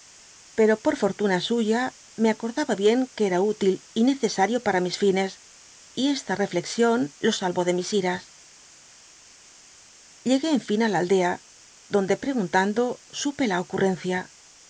pero por fortuna suya me acordaba bien que era útil y necesario pra mis fines y esta reflexión lo salvd de mis iras lilegué enfin á la aldea donde preguntando supe la ocurrencia